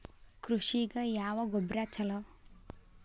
ಕೃಷಿಗ ಯಾವ ಗೊಬ್ರಾ ಛಲೋ?